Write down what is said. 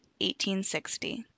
1860